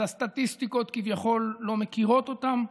אז הסטטיסטיקות כביכול לא מכירות אותם.